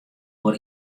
oer